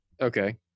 Okay